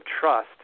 trust